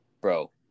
Bro